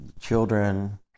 children